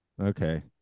Okay